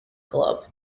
club